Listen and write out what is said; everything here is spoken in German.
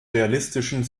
realistischen